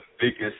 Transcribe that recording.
biggest